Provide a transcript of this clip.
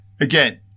again